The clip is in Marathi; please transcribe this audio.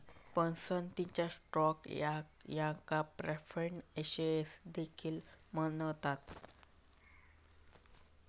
पसंतीचा स्टॉक याका प्रीफर्ड शेअर्स देखील म्हणतत